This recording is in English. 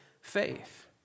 faith